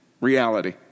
reality